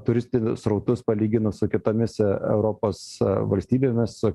turistų srautus palyginus su kitomis europos valstybėmis su